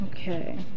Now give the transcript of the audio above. Okay